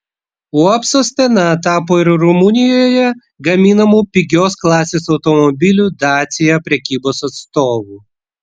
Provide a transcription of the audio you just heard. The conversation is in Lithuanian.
uab sostena tapo ir rumunijoje gaminamų pigios klasės automobilių dacia prekybos atstovu